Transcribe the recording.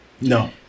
No